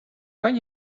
kan